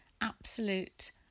absolute